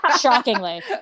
Shockingly